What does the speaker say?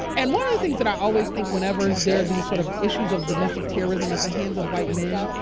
and one of the things that i always think whenever there are these sort of issues of domestic terrorism at the hands of white men,